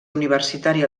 universitària